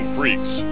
Freaks